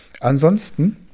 Ansonsten